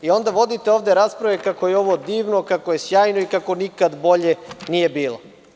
Onda ovde vodite rasprave kako je ovo divno, kako je ovo sjajno, kako nikad bolje nije bilo.